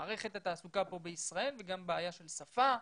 מערכת התעסוקה פה בישראל וגם בעיה של שפה,